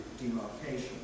demarcation